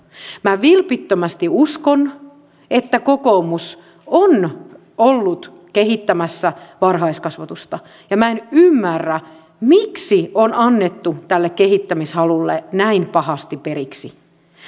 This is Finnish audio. minä vilpittömästi uskon että kokoomus on ollut kehittämässä varhaiskasvatusta ja minä en ymmärrä miksi on annettu tälle kehittämishalulle näin pahasti periksi